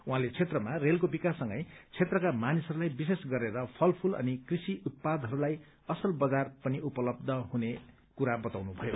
उहाँले क्षेत्रमा रेलको विकास सँग क्षेत्रका मानिसहरूलाई विश्रेष गरेर फलफूल अनि कृषि उत्पादहरूलाई असल बजार पनि उपलब्ध हुने कुरा बताउनुभयो